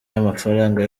y’amafaranga